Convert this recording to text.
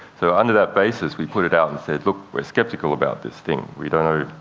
so under that basis, we put it out and said, look, we're skeptical about this thing. we don't know,